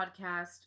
podcast